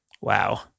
Wow